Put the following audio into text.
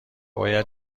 باید